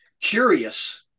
curious